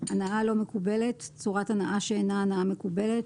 "הנעה לא מקובלת" צורת הנעה שאינה הנעה מקובלת,